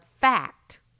fact